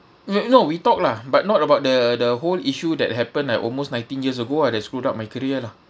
even though we talk lah but not about the the whole issue that happened like almost nineteen years ago ah that screwed up my career lah